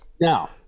Now